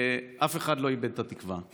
אף אחד לא איבד את התקווה.